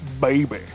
baby